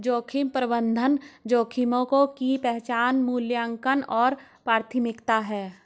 जोखिम प्रबंधन जोखिमों की पहचान मूल्यांकन और प्राथमिकता है